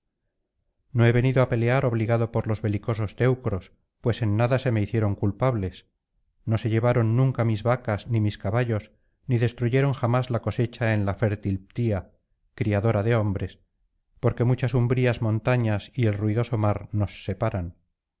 no he venido á pelear obligado por los belicosos teucros pues en nada se me hicieron culpables no se llevaron nunca mis vacas ni mis caballos ni destruyeron jamás la cosecha en la fértil ptía criadora de hombres porque muchas umbrías montañas y el ruidoso mar nos separan